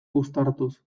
uztartuz